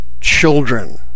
children